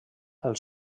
els